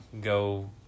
Go